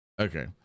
Okay